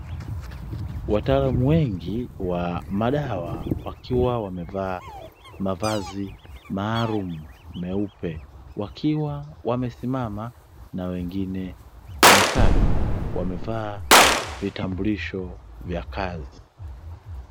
Wataalamu wengi wa madawa, wakiwa wamevaa mavazi maalumu meupe, wakiwa wamesimama na wengine wamekaa, wamevaa vitambulisho vya kazi.